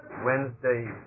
Wednesday